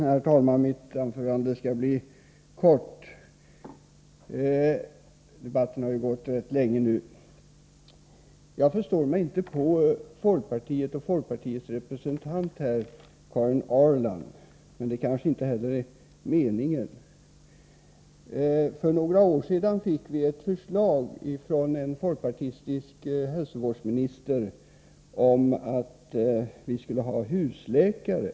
Herr talman! Mitt anförande skall bli kort — debatten har ju pågått rätt länge. Jag förstår mig inte på folkpartiet och dess representant här: Karin Ahrland. Men det kanske inte heller är meningen att man skall göra det. För några år sedan fick vi ett förslag från en folkpartistisk hälsovårdsminister om att vi skulle ha husläkare.